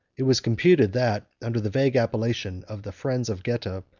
it was computed that, under the vague appellation of the friends of geta,